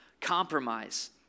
compromise